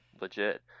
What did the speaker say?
legit